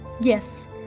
Yes